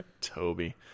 Toby